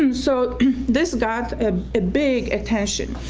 um so this got a big attention.